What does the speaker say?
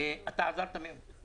אתה עזרת מאוד.